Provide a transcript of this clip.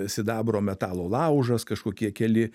sidabro metalo laužas kažkokie keli